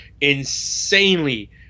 insanely